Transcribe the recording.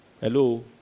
Hello